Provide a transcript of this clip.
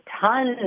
tons